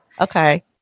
Okay